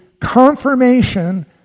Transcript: confirmation